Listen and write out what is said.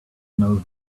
know